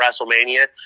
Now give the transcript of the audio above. WrestleMania